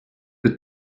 the